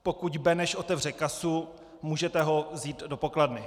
Pokud Beneš otevře kasu, můžete ho vzít do pokladny.